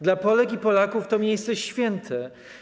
Dla Polek i Polaków to miejsce święte.